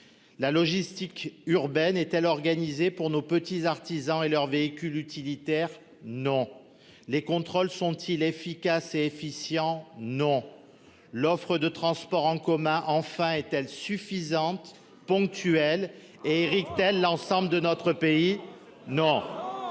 La logistique urbaine est-elle organisée pour nos petits artisans et leurs véhicules utilitaires. Non. Les contrôles sont-ils efficaces et efficients. Non. L'offre de transport en commun enfin est-elle suffisante ponctuel et Éric-t-elle l'ensemble de notre pays. Non.